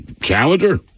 Challenger